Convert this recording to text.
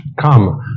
come